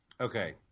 Okay